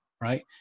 right